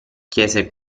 chiese